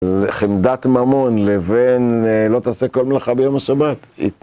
לחמדת ממון, לבין, לא תעשה כל מלאכה ביום השבת.